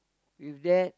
with that